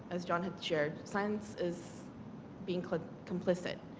as john shared. silence is being complicit.